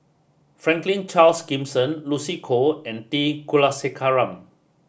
Franklin Charles Gimson Lucy Koh and T Kulasekaram